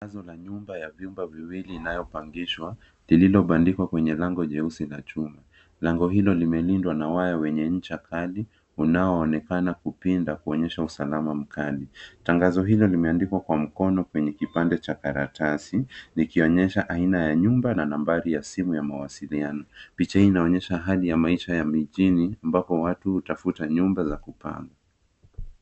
Matangazo ya nyumba ya vyumba viwili inayopangishwa, lililobandikwa kwenye lango jeusi la chuma. Lango hilo limelindwa na waya wenye ncha kali unaoonekana kupinda, kuonyesha usalama mkali. Tangazo hilo limeandikwa kwa mkono kwenye kipande cha karatasi, likionyesha aina ya nyumba na nambari ya simu ya mawasiliano. Picha hii inaonyesha hali ya maisha ya mijini ambapo watu hutafuta nyumba za kupanga.